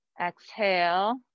exhale